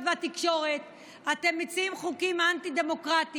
והתקשורת אתם מציעים חוקים אנטי-דמוקרטיים,